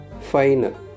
final